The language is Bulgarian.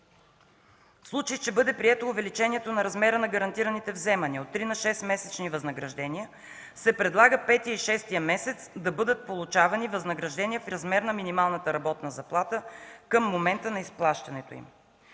В случай, че бъде прието увеличението на размера на гарантираните вземания от 3 на 6-месечни възнаграждения се предлага петият и шестият месец на бъдат получавани възнаграждения в размер на минималната работна заплата към момента на изплащането им.